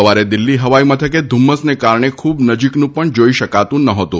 સવારે દિલ્હી હવાઈ મથકે ધ્રમ્મસને કારણે ખૂબ નજીકનું પણ જોઈ શકાતું નહોતું